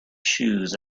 shoes